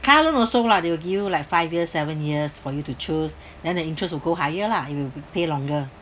car loan also lah they will give you like five years seven years for you to choose then the interest will go higher lah if you p~ pay longer